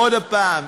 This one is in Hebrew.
עוד הפעם,